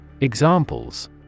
Examples